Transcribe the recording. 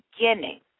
beginning